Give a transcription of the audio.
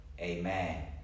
amen